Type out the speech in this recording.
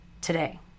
today